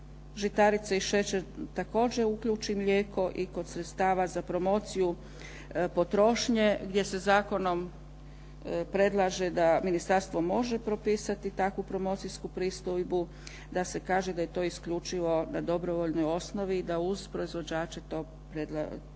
žitarice i šećer također uključi mlijeko i kod sredstava za promociju potrošnje gdje se zakonom predlaže da ministarstvo može propisati takvu promocijsku pristojbu, da se kaže da je to isključivo na dobrovoljnoj osnovi i da uz proizvođače to mogu